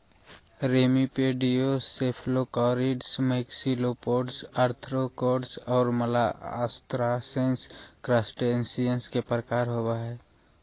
remipedes, cephalocarids, maxillopods, ostracods, और malacostracans, crustaceans के प्रकार होव हइ